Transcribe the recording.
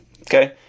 Okay